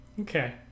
Okay